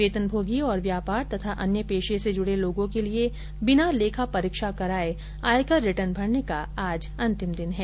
वेतन भोगी तथा व्यापार और अन्य पेशे से जुड़े लोगों के लिए बिना लेखा परीक्षा कराए आयकर रिटर्न भरने का आज अंतिम दिन है